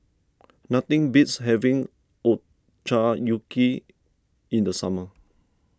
nothing beats having Ochazuke in the summer